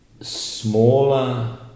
smaller